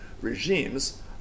regimes